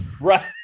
right